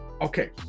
Okay